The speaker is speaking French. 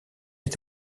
est